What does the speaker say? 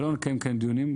אבל לא לקיים כאן דיונים.